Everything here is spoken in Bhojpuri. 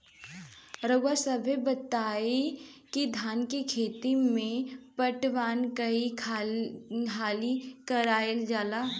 रउवा सभे इ बताईं की धान के खेती में पटवान कई हाली करल जाई?